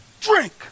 Drink